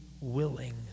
willing